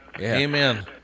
Amen